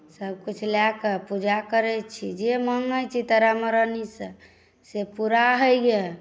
सभकुछ लए कऽ पूजा करैत छी जे माँगैत छी तारा महरानीसँ से पूरा होइए